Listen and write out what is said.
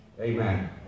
Amen